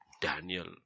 Daniel